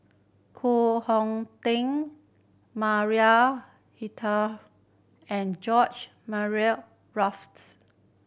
Koh Hong Teng Maria and George